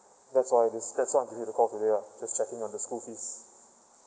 that's why I just that's why I'm here to call today ah just checking on the school fees